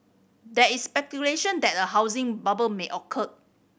there is speculation that a housing bubble may occur